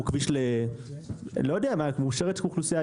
כביש 6 לכיוון צפון הוא כביש שיש בו אוכלוסייה יהודית